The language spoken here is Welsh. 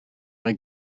mae